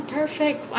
perfect